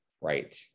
right